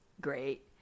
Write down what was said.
great